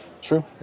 true